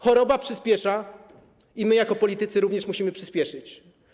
Choroba przyspiesza i my jako politycy również musimy przyspieszyć.